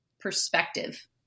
perspective